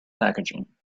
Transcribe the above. packaging